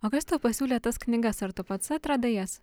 o kas tau pasiūlė tas knygas ar tu pats atradai jas